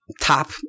top